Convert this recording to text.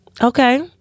okay